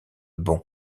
bon